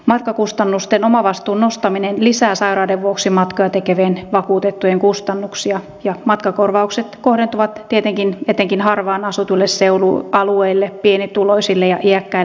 matkakustannusten omavastuun nostaminen lisää sairauden vuoksi matkoja tekevien vakuutettujen kustannuksia ja matkakorvaukset kohdentuvat tietenkin etenkin harvaan asutuille alueille pienituloisille ja iäkkäille henkilöille